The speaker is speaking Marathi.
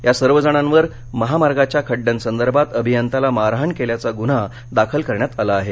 या सर्व जणांवर महामार्गावरच्या खड्ड्यांसंदर्भात अभियंत्याला मारहाण केल्याचा गुन्हा दाखल करण्यात आला आहे